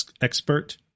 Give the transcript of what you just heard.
expert